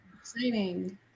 Exciting